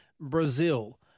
Brazil